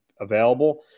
available